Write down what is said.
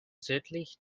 südlich